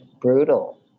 brutal